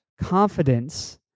Confidence